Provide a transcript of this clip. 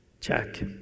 Check